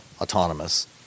autonomous